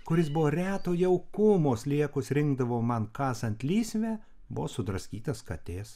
kuris buvo reto jaukumo sliekus rinkdavo man kasant lysvę buvo sudraskytas katės